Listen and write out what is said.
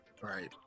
right